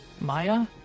Maya